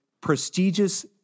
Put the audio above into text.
prestigious